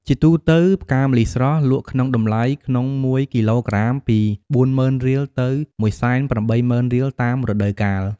ជាទូទៅ ផ្កាម្លិះ ស្រស់ លក់ក្នុងតម្លៃក្នុងមួយគីឡូក្រាមពី ៤០០០០រៀលទៅ ១៨០០០០រៀល តាមរដូវកាល ៕